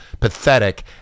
pathetic